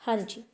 ਹਾਂਜੀ